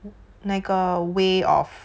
那个 way of